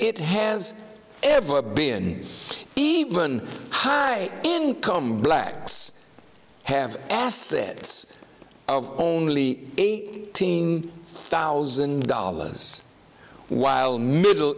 it has ever been even high income blacks have asked this of only eighteen thousand dollars while middle